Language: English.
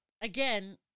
again